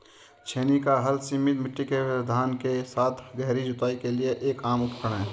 छेनी का हल सीमित मिट्टी के व्यवधान के साथ गहरी जुताई के लिए एक आम उपकरण है